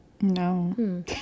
no